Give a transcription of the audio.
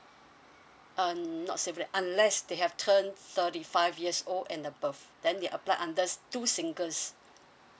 uh not unless they have turned thirty five years old and above then they apply under two singles